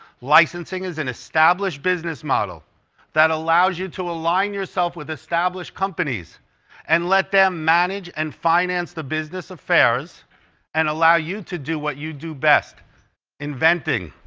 licensing is an established business model that allows you to align yourself with established companies and let them manage and finance the business affairs and allow you to do what you do best inventing